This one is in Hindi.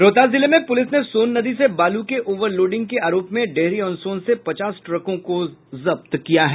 रोहतास जिले में पुलिस ने सोन नदी से बालू के ओवर लोडिंग के आरोप में डेहरी ऑन सोन से पचास ट्रकों को जब्त किया है